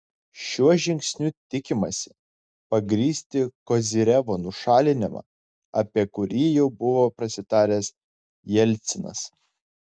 šiuo žingsniu tikimasi pagrįsti kozyrevo nušalinimą apie kurį jau buvo prasitaręs jelcinas